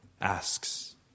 asks